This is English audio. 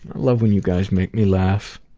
love when you guys make me laugh.